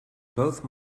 both